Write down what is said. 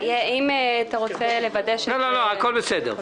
אם אתה רוצה לוודא ש- -- לא, לא, הכול בסדר.